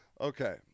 Okay